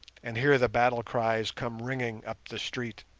and hear the battle cries come ringing up the street.